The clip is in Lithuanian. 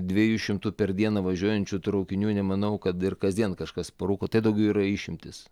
dviejų šimtų per dieną važiuojančių traukinių nemanau kad ir kasdien kažkas parūko tai daugiau yra išimtys